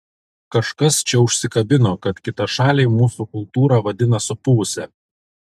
kažkas čia užsikabino kad kitašaliai mūsų kultūrą vadina supuvusia